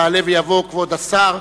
יעלה ויבוא כבוד השר